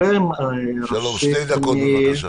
שתי דקות בבקשה.